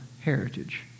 heritage